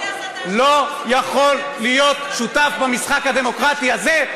לא יכול להיות שותף במשחק הדמוקרטי הזה,